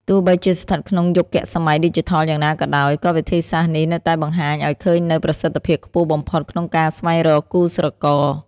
ទោះបីជាស្ថិតក្នុងយុគសម័យឌីជីថលយ៉ាងណាក៏ដោយ ក៏វិធីសាស្រ្តនេះនៅតែបង្ហាញឱ្យឃើញនូវប្រសិទ្ធភាពខ្ពស់បំផុតក្នុងការស្វែងរកគូស្រករ។